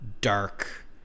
dark